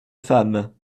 femme